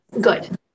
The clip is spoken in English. good